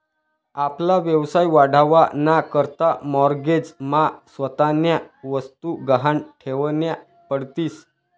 आपला व्यवसाय वाढावा ना करता माॅरगेज मा स्वतःन्या वस्तु गहाण ठेवन्या पडतीस